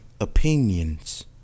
opinions